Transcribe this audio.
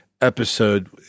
episode